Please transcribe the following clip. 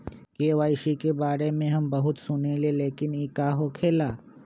KYC के बारे में हम बहुत सुनीले लेकिन इ का होखेला?